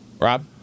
rob